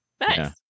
Nice